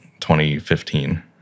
2015